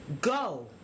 Go